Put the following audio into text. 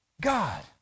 God